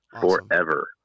forever